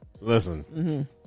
Listen